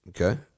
okay